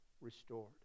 restored